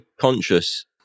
conscious